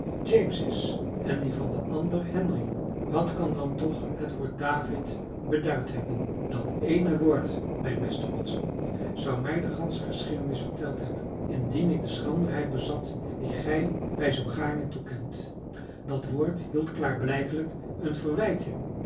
james is en die van den ander henry wat kan dan toch dat woord david beduid hebben dat eene woord mijn beste watson zou mij de gansche geschiedenis verteld hebben indien ik de schranderheid bezat die gij mij zoo gaarne toekent dat woord hield klaarblijkelijk een verwijt